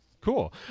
cool